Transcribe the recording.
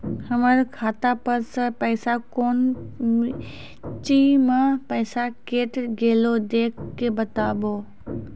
हमर खाता पर से पैसा कौन मिर्ची मे पैसा कैट गेलौ देख के बताबू?